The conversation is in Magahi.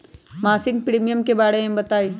मासिक प्रीमियम के बारे मे बताई?